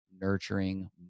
nurturing